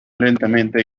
lentamente